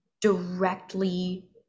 directly